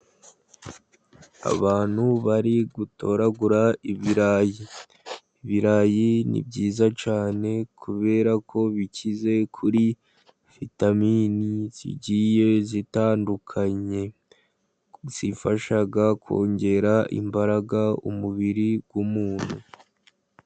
Abantu bari gutoragura ibirayi. Ibirayi ni byiza cyane kubera ko bikize kuri vitamini zigiye zitandukanye zifasha kongera imbaraga m'umubiri w'umuntu.